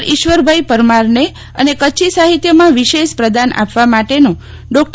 ઈશ્વરભાઈ પરમારને અને કચ્છી સાહિત્યકારમાં વિશ્રેષ પ્રદાન આપવા માટેનો ર્ડા